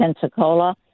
pensacola